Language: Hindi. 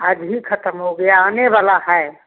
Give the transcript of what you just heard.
आज ही ख़त्म हो गया आनेवाला है